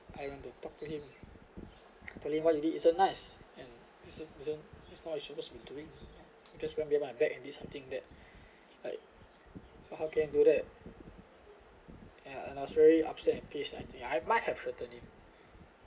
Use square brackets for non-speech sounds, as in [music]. I went to talk to him and tell him what he did isn't nice and isn't isn't you know you supposed to be doing just went behind my back and did something that [breath] like so how can you do that and I was very upset and piss I think I might have threatened him